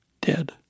dead